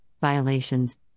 violations